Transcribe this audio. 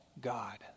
God